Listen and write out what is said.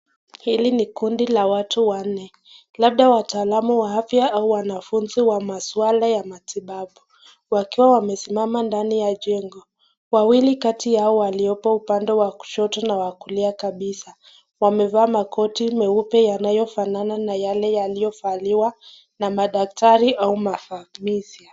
Hili ni kundi la watu wanne, labda watalamu waa afya au wanafunzi wa maswala ya matibabu. Wakiwa Wamesimama ndani ya jengo. Wawili kati Yao waliopo upande ya kushito na wakulima kanisa, wamevaa Makoti meupe yanayofanana na yake yaliyo valiwa na madaktari au mafaknisha.